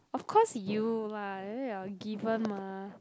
of course you lah given mah